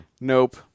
Nope